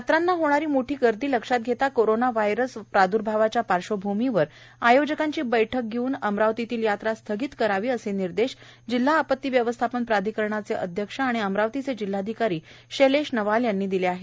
यात्रांना होणारी मोठी गर्दी लक्षात घेता कोरोना व्हायरस प्राद्भावाच्या पार्श्वभूमीवर आयोजकांची बैठक घेऊन यात्रा स्थगित करावी असे निर्देश जिल्हा आपती व्यवस्थापन प्राधिकरणाचे अध्यक्ष तथा अमरावतीचे जिल्हाधिकारी शैलेश नवाल यांनी दिले आहेत